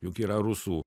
juk yra rusų